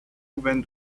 went